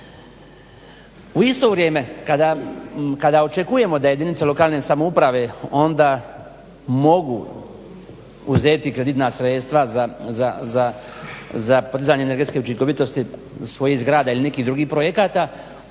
U isto vrijeme kada očekujemo da jedinice lokalne samouprave onda mogu uzeti kreditna sredstva za podizanje energetske učinkovitosti svojih zgrada ili nekih drugih projekata.